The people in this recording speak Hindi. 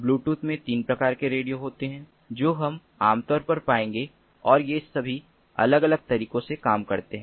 ब्लूटूथ में 3 प्रकार के रेडियो होते हैं जो हम आम तौर पर पाएंगे और ये सभी अलग अलग तरीकों से काम करते हैं